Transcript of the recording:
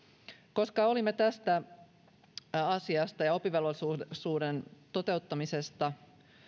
koska olimme tästä asiasta ja oppivelvollisuuden toteuttamisesta